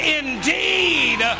indeed